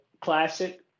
classic